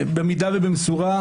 זה במידה ובמשורה,